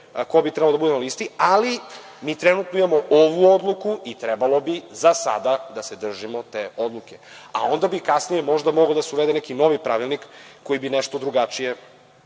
ko bi trebalo da bude na listi, ali mi trenutno imamo ovu odluku i trebalo bi za sada da se držimo te odluke, a onda bi kasnije možda mogao da se uvede neki novi pravilnik koji bi imao nešto drugačije